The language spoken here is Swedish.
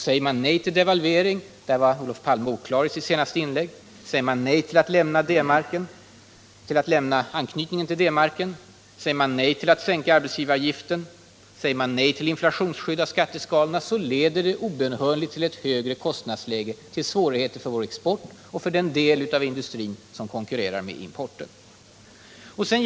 Säger man nej till en devalvering — där var Olof Palme oklar i sitt senaste inlägg —- och säger man nej till att lämna anknytningen till D-marken, säger man nej till att sänka arbetsgivaravgiften och säger man nej till de inflationsskyddade skatteskalorna, leder det obönhörligen till ett högre kostnadsläge, till svårigheter för vår export och för den del av vår industri som konkurrerar med importen.